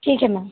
ठीक है मैम